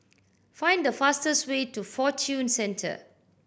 find the fastest way to Fortune Centre